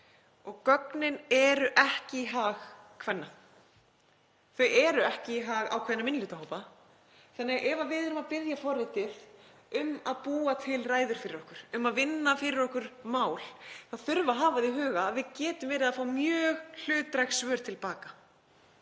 og gögnin eru ekki í hag kvenna, þau eru ekki í hag ákveðinna minnihlutahópa. Þannig að ef við erum að biðja forritið um að búa til ræður fyrir okkur, um að vinna fyrir okkur mál þá þurfum við að hafa í huga að við getum verið að fá mjög hlutdræg svör til baka